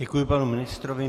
Děkuji panu ministrovi.